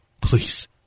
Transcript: Please